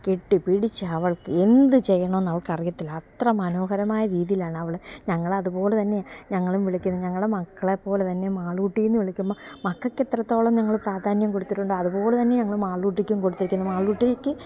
കെട്ടിപ്പിടിച്ച് അവൾക്ക് എന്ത് ചെയ്യണോന്ന് അവൾക്ക് അറിയത്തില്ല അത്ര മനോഹരമായ രീതിയിലാണ് അവള് ഞങ്ങൾ അതുപോലെ തന്നെ ഞങ്ങളും വിളിക്കുന്നെ ഞങ്ങള് മക്കളെ പോലെ തന്നെ മാളൂട്ടീന്ന് വിളിക്കുമ്പോള് മക്കള്ക്ക് എത്രത്തോളം ഞങ്ങള് പ്രാധാന്യം കൊടുത്തിട്ടുണ്ടോ അതുപോലെ തന്നെ ഞങ്ങള് മാളൂട്ടിക്കും കൊടുത്തേക്കുന്നെ മാളൂട്ടിക്ക്